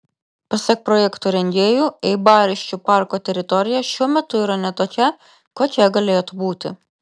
pasak projekto rengėjų eibariškių parko teritorija šiuo metu yra ne tokia kokia galėtų būti